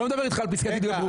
לא מדבר איתך על פסקת התגברות.